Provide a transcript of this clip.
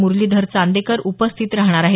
मुरलीधर चांदेकर उपस्थित राहणार आहेत